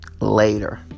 Later